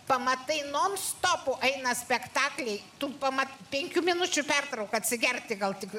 pamatai non stopu eina spektakliai tu pama penkių minučių pertrauka atsigerti gal tik